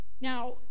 Now